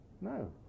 No